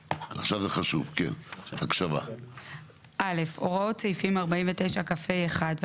9. (א)הוראות סעיפים 49כה1,